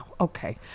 Okay